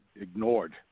ignored